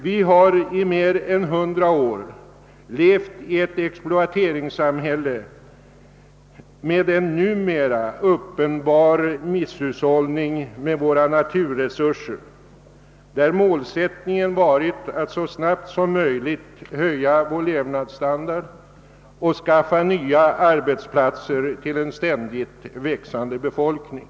Vi har i mer än hundra år levt i ett exploateringssamhälle med en numera uppenbar misshushållning med våra naturresurser, där målsättningen varit att så snabbt som möjligt höja vår levnadsstandard och skaffa nya arbetsplatser till en ständigt växande befolkning.